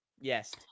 Yes